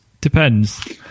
Depends